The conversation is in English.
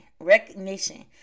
recognition